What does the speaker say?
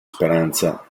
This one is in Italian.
speranza